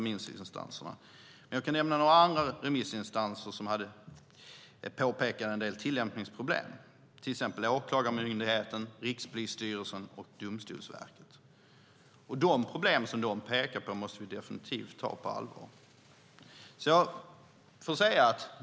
Men jag kan nämna några andra remissinstanser som pekade på en del tillämpningsproblem, till exempel Åklagarmyndigheten, Rikspolisstyrelsen och Domstolsverket, och de tillämpningsproblem som de pekar på måste vi definitivt ta på allvar.